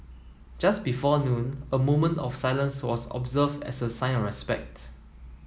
just before noon a moment of silence was observed as a sign of respect